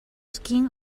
skin